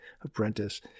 apprentice